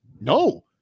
No